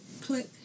click